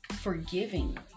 forgiving